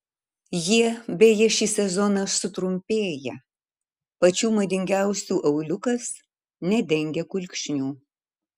jie beje šį sezoną sutrumpėja pačių madingiausių auliukas nedengia kulkšnių